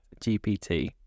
GPT